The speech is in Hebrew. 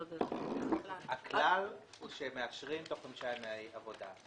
ללא כל עיכוב ומבלי לפתוח את המעטפה